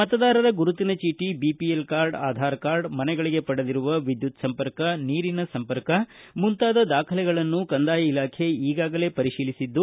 ಮತದಾರರ ಗುರುತಿನ ಚೀಟಿ ಬಿಪಿಎಲ್ ಕಾರ್ಡ್ ಆಧಾರ್ ಕಾರ್ಡ್ ಮನೆಗಳಗೆ ಪಡೆದಿರುವ ವಿದ್ಯುತ್ ಸಂಪರ್ಕ ನೀರಿನ ಸಂಪರ್ಕ ಮುಂತಾದವುಗಳ ದಾಖಲೆಗಳನ್ನು ಕಂದಾಯ ಇಲಾಖೆ ಈಗಾಗಾಲೇ ಪರಿತೀಲಿಒದ್ದು